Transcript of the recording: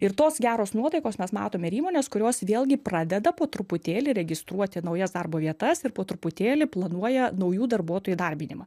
ir tos geros nuotaikos mes matome ir įmones kurios vėlgi pradeda po truputėlį registruoti naujas darbo vietas ir po truputėlį planuoja naujų darbuotojų įdarbinimą